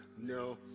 No